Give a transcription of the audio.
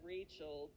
Rachel